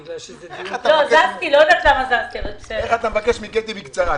בגלל שזה דיון --- איך אתה מבקש מקטי בקצרה?